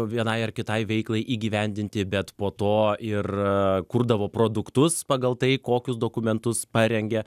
vienai ar kitai veiklai įgyvendinti bet po to ir kurdavo produktus pagal tai kokius dokumentus parengė